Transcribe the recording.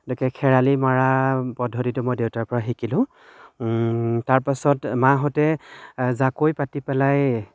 গতিকে খেৰালি মৰা পদ্ধতিটো মই দেউতাৰ পৰা শিকিলোঁ তাৰপিছত মাহঁতে জাকৈ পাতি পেলাই